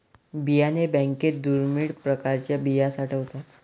बियाणे बँकेत दुर्मिळ प्रकारच्या बिया साठवतात